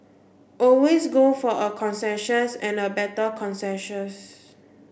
always go for a consensus and a better consensus